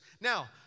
Now